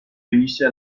venisse